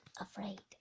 afraid